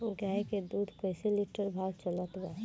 गाय के दूध कइसे लिटर भाव चलत बा?